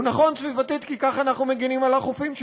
הוא נכון סביבתית כי כך אנחנו מגינים על החופים שלנו,